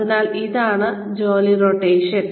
അതിനാൽ അതാണ് ജോലി റൊട്ടേഷൻ